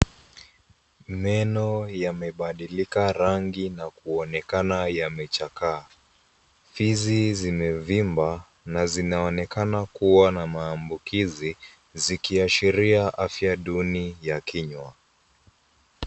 Meno yamebadilika rangi na kuonekana yamechakaa. Fizi zimevimba na zinaonekana kuwa na maambukizi zikiashiria afya duni ya kinywa.